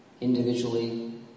Individually